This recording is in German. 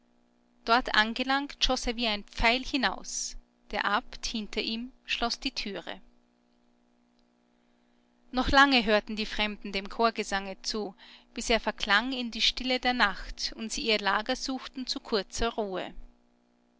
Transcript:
dort angelangt schoß er wie ein pfeil hinaus der abt hinter ihm schloß die türe noch lange hörten die fremden dem chorgesange zu bis er verklang in die stille der nacht und sie ihr lager suchten zu kurzer ruhe